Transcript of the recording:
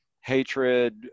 hatred